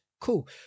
Cool